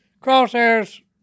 Crosshairs